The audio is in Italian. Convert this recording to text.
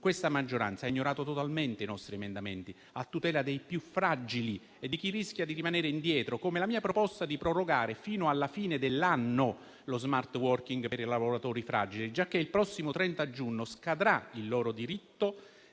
Questa maggioranza ha ignorato totalmente i nostri emendamenti a tutela dei più fragili e di chi rischia di rimanere indietro, come la mia proposta di prorogare fino alla fine dell'anno lo *smart working* per i lavoratori fragili, giacché tale diritto scadrà il prossimo